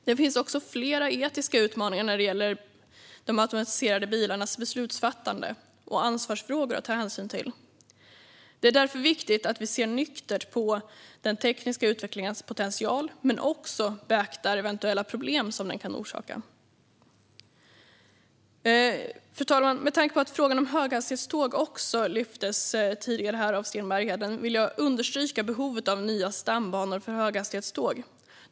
Det finns också flera etiska utmaningar att ta hänsyn till när det gäller de automatiserade bilarnas beslutsfattande och ansvarsfrågor. Det är därför viktigt att vi ser nyktert på den tekniska utvecklingens potential men också beaktar eventuella problem som den kan orsaka. Fru talman! Med tanke på att frågan om höghastighetståg också lyftes upp här tidigare av Sten Bergheden vill jag understryka behovet av nya stambanor för höghastighetståg.